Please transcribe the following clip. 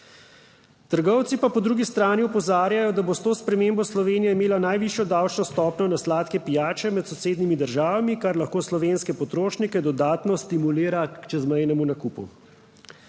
po drugi strani opozarjajo, da bo s to spremembo Slovenija imela najvišjo davčno stopnjo na sladke pijače med sosednjimi državami, kar lahko slovenske potrošnike dodatno stimulira k čezmejnemu nakupu.